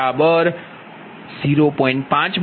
P2 0